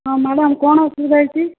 ହଁ ମ୍ୟାଡ଼ାମ୍ କ'ଣ ଅସୁବିଧା ହେଇଛି